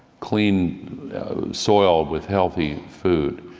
clean soil with healthy food.